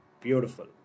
Beautiful